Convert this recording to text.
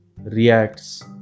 reacts